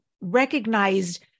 recognized